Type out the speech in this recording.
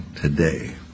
today